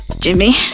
Jimmy